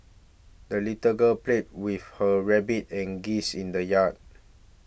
the little girl played with her rabbit and geese in the yard